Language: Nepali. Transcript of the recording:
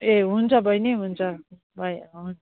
ए हुन्छ बहिनी हुन्छ भयो हुन्